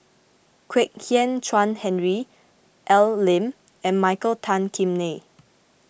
Kwek Hian Chuan Henry Al Lim and Michael Tan Kim Nei